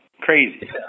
Crazy